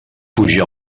fugir